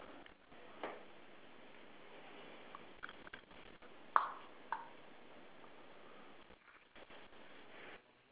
which top ah ya a gardener equipment is it